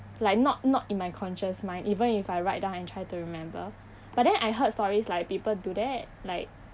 like not not in my conscious mind even if I write down and try to remember but then I heard stories like people do that like